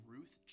Ruth